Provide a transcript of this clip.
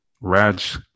Raj